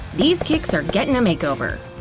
these kicks are gettin' a makeover!